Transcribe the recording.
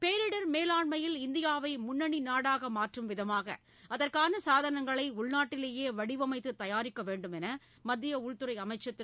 பேரிடர் மேலாண்மயில் இந்தியாவை முன்னணி நாடாக மாற்றும் விதமாக அதற்கான சாதனங்களை உள்நாட்டிலேயே வடிவமைத்து தயாரிக்க வேண்டும் என மத்திய உள்துறை அமைச்சர் திரு